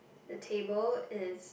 the table is